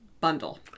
bundle